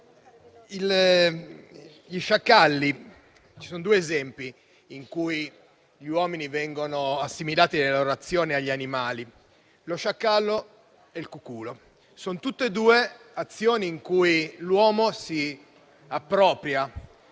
Presidente, ci sono due casi in cui gli uomini vengono assimilati nelle loro azioni agli animali, lo sciacallo e il cuculo, quando si tratta di azioni in cui l'uomo si appropria